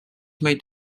meid